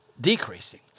decreasing